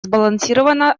сбалансировано